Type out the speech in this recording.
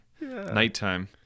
nighttime